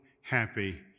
happy